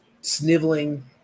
sniveling